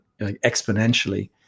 exponentially